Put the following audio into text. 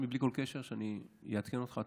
אני רושם לעצמי, בלי כל קשר, שאני אעדכן אותך.